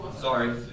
Sorry